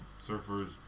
surfers